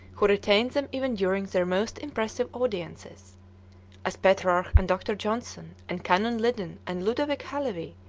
who retained them even during their most impressive audiences as petrarch, and dr. johnson, and canon liddon, and ludovic halevy,